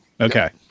Okay